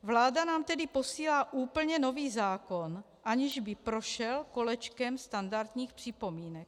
Vláda nám tedy posílá úplně nový zákon, aniž by prošel kolečkem standardních připomínek.